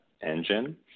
engine